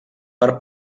per